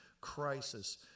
crisis